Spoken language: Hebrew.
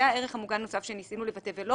זה הערך המוגן הנוסף שנפגע כפי שניסינו לבטא ולא